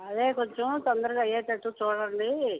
అదే కొంచెం తొందరగా అయ్యేటట్టు చూడండీ